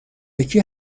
یکی